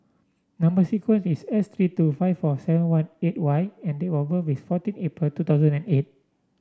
number sequence is S three two five four seven one eight Y and date of birth is fourteen April two thousand and eight